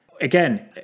again